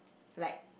like